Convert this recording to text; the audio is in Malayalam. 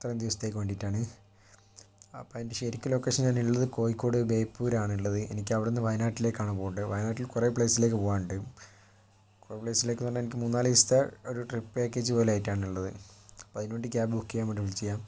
അത്രയും ദിവസത്തേക്ക് വേണ്ടിയിട്ടാണ് അപ്പോ അതിൻ്റെ ശരിക്ക് ലൊക്കേഷൻ ഞാൻ ഉള്ളത് കോഴിക്കോട് ബേപ്പൂര് ആണ് ഉള്ളത് എനിക്ക് അവിടുന്ന് വയനാട്ടിലേക്കാണ് പോകേണ്ടത് വയനാട്ടിൽ കുറേ പ്ലേസിലേക്ക് പോകാനുണ്ട് കുറേ പ്ലേസിലേക്ക് എന്ന് പറഞ്ഞാൽ എനിക്ക് മൂന്ന് നാല് ദിവസത്തെ ഒരു ട്രിപ്പ് പാക്കേജ് പോലെ ആയിട്ടാണ് ഉള്ളത് അപ്പൊ അതിനുവേണ്ടി ക്യാബ് ബുക്ക് ചെയ്യാൻ വേണ്ടി വിളിച്ചതാണ്